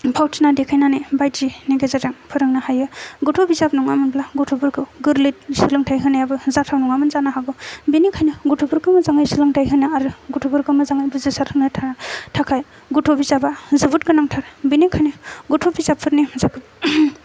फावथिना देखायनानै बायदिनि गेजेरजों फोरोंनो हायो गथ' बिजाब नङामोनब्ला गथ'फोरखौ गोरलैयै सोलोंथाइ होनायाबो जाथाव नङामोन जानो हागौ बिनिखायनो गथ'फोरखौ मोजाङैनो सोलोंथाय होनो आरो गथ'फोरखौ मोजाङै बुजिसार होनो थाखाय गथ' बिजाबा जोबोद गोनांथार बिनिखायनो गथ' बिजाबफोरनि